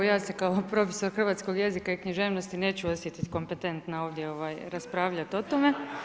Ja se kao profesor hrvatskog jezika i književnosti neću osjetiti kompetentna ovdje raspravljati o tome.